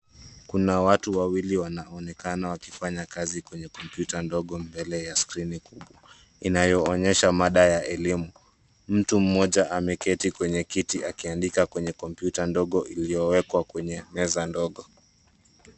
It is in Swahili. Kuna watu wawili wanaonekana wakifanya kazi kwenye kompyuta ndogo mbele ya skrini kubwa, inayoonyesha maada ya elimu. Mtu moja ameketi kwenye kiti akiandika kwenye kompyuta ndogo iliyowekwa kwenye meza ndogo.